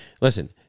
Listen